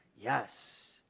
Yes